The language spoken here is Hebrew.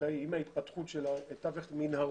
התת-קרקעי כאשר עם ההתפתחות של תווך המנהרות,